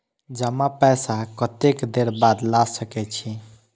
जमा पैसा कतेक देर बाद ला सके छी?